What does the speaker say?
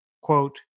quote